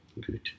Good